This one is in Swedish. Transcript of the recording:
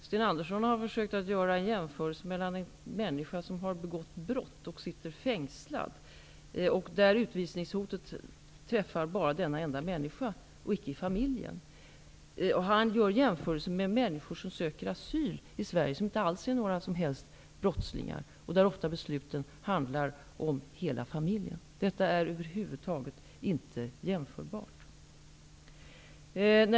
Sten Andersson har försökt att göra en jämförelse mellan en människa som har begått brott och sitter fängslad -- utvisningshotet träffar bara denna enda människa och inte familjen -- och människor som söker asyl i Sverige och som inte alls är några som helst brottslingar, och för vilka besluten ofta handlar om hela familjen. Dessa saker är över huvud taget inte jämförbara.